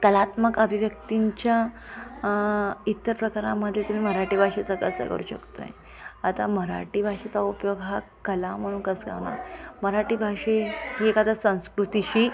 कलात्मक अभिव्यक्तींच्या इतर प्रकारांमध्ये तुम्ही मराठी भाषेचं कसं करू शकत आहे आता मराठी भाषेचा उपयोग हा कला म्हणून कसंकाय होणार मराठी भाषे ही एक आता संस्कृतीशी